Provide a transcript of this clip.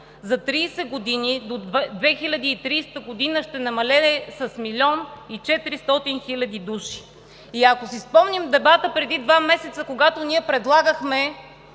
за 30 години – до 2030 г., ще намалее с 1 млн. 400 хил. души. Ако си спомним дебата преди два месеца, когато ние предлагахме